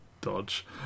dodge